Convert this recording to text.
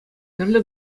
тӗрлӗ